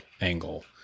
angle